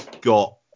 got